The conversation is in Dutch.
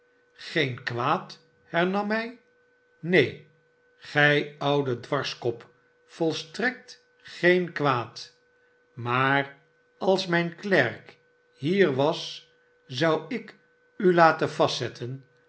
geen kwaad hernam hij neen gij oude dwarskop volstrekt geen kwaad maar als mijn klerk hier was zou ik u laten vastzetten